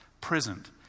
present